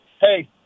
hey